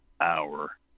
hour